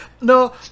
No